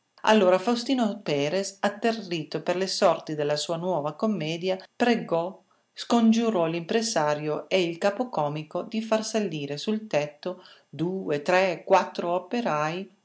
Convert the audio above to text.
allora faustino perres atterrito per le sorti della sua nuova commedia pregò scongiurò l'impresario e il capocomico di far salire sul tetto due tre quattro operai